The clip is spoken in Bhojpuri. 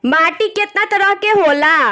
माटी केतना तरह के होला?